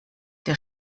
der